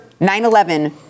9-11